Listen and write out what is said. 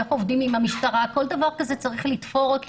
גם איך עובדים עם המשטרה כל דבר כזה צריך לתפור.